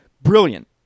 Brilliant